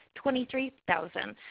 twenty three thousand.